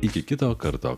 iki kito karto